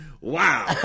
wow